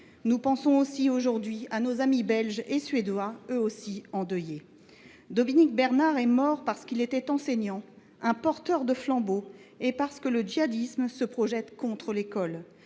Nous pensons également aujourd’hui à nos amis belges et suédois, eux aussi endeuillés. Dominique Bernard est mort parce qu’il était un enseignant, un « porteur de flambeau », et parce que le djihadisme se projette contre l’école.